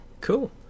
Cool